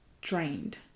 drained